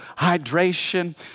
hydration